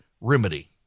remedy